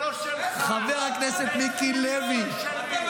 חבר הכנסת מיקי לוי,